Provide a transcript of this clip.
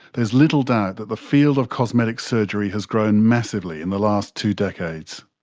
there is little doubt that the field of cosmetic surgery has grown massively in the last two decades.